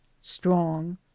strong